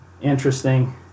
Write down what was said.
interesting